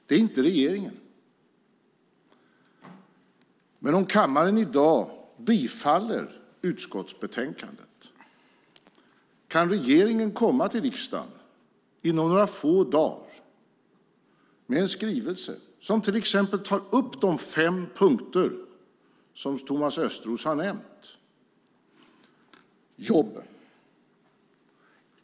Det är inte regeringen. Om kammaren i dag bifaller förslaget i utskottsbetänkandet kan regeringen komma till riksdagen inom några få dagar med en skrivelse som till exempel tar upp de fem punkter som Thomas Östros har nämnt.